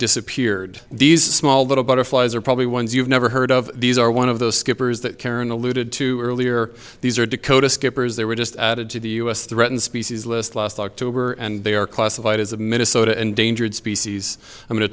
disappeared these small little butterflies are probably ones you've never heard of these are one of the skipper's that karen alluded to earlier these are dakota skippers they were just added to the u s threatened species list last october and they are classified as a minnesota endangered species i'm go